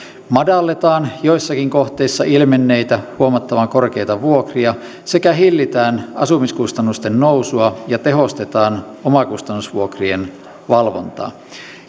madalletaan joissakin kohteissa ilmenneitä huomattavan korkeita vuokria sekä hillitään asumiskustannusten nousua ja tehostetaan omakustannusvuokrien valvontaa